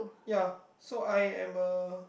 ya so I am a